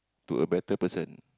to a better person